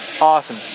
Awesome